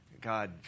God